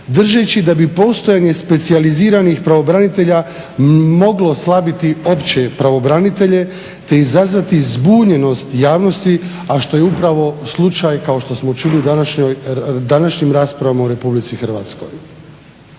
držeći da bi postojanje specijaliziranih pravobranitelja moglo oslabiti opće pravobranitelje, te izazvati zbunjenost javnosti, a što je upravo slučaj kao što smo čuli u današnjim raspravama u Republici Hrvatskoj.